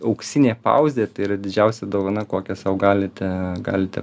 auksinė pauzė tai yra didžiausia dovana kokią sau galite galite